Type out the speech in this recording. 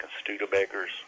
Studebaker's